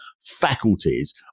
faculties